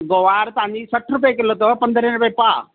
ग्वार तव्हांजी सठि रुपए किलो अथव पंद्रहें रुपए पाव